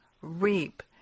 reap